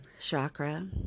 chakra